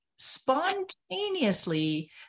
spontaneously